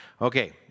Okay